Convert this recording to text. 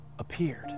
appeared